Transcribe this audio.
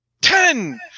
Ten